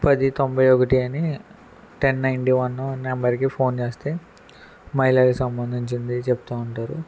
పది తొంభై ఒకటి అని టెన్ నైన్టీ వన్ నెంబర్కి ఫోన్ చేస్తే మహిళలకు సంబంధించింది చెప్తూ ఉంటారు